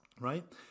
right